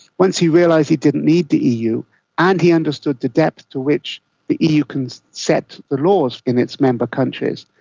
once he realised he didn't need the eu and he understood the depth to which the eu can set the laws in its member countries,